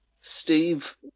Steve